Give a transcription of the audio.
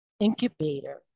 incubator